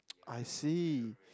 I see